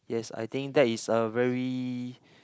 yes I think that is a very